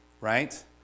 right